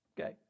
okay